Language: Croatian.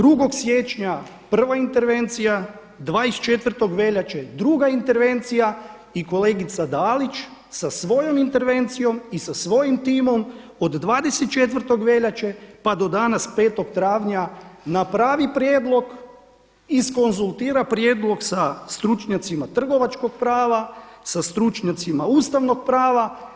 2. siječnja prva intervencija, 24. veljače druga intervencija i kolegica Dalić sa svojom intervencijom i sa svojim timom od 24. veljače pa do danas 5. travnja napravi prijedlog, iskonzultira prijedlog sa stručnjacima trgovačkog prava, sa stručnjacima ustavnog prava.